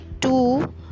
two